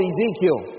Ezekiel